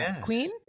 queen